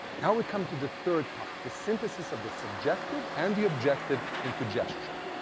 now we come to the third part, the synthesis of the subjective and the objective into gesture.